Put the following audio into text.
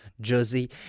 jersey